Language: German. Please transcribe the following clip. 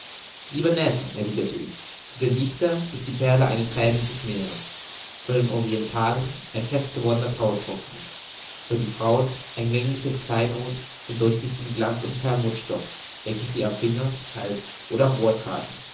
lieber ned erwiderte ich für den dichter ist die perle eine thräne des meeres für die orientalen ein fest gewordener thautropfen für die frauen ein längliches kleinod von durchsichtigem glanz und perlmutterstoff welches sie am finger hals oder am ohr tragen